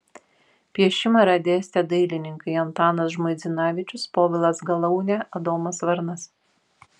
piešimą yra dėstę dailininkai antanas žmuidzinavičius povilas galaunė adomas varnas